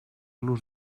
los